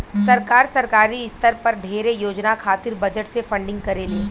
सरकार, सरकारी स्तर पर ढेरे योजना खातिर बजट से फंडिंग करेले